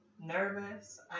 nervous